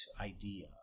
idea